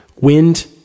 wind